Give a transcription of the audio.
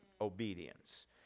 obedience